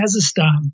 Kazakhstan